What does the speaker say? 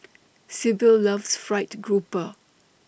Sibyl loves Fried Grouper